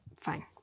fine